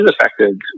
affected